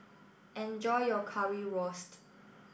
enjoy your Currywurst